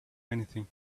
anything